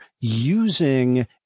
using